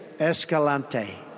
Escalante